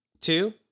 Two